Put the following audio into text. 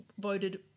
voted